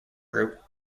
group